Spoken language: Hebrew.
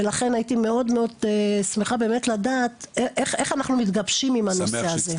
ולכן הייתי מאוד מאוד שמחה באמת לדעת איך אנחנו מתגבשים עם נושא הזה.